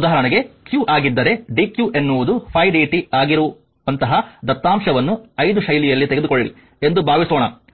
ಉದಾಹರಣೆಗೆ q ಆಗಿದ್ದರೆ dq ಎನ್ನುವುದು 5dt ಆಗಿರುವಂತಹ ದತ್ತಾಂಶವನ್ನು 5 ಶೈಲಿಯಲ್ಲಿ ತೆಗೆದುಕೊಳ್ಳಿ ಎಂದು ಭಾವಿಸೋಣಆ ರೀತಿಯಲ್ಲಿ